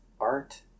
art